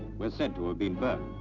were said to have been burned.